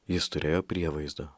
jis turėjo prievaizdą